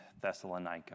Thessalonica